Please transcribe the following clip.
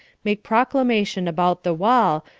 make proclamation about the wall,